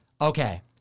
Okay